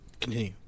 Continue